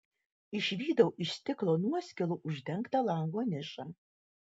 išvydau iš stiklo nuoskilų uždengtą lango nišą